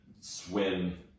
swim